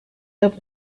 taupe